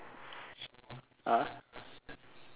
uh